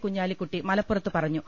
കുഞ്ഞാലിക്കുട്ടി മലപ്പുറത്ത് പറഞ്ഞു